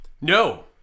No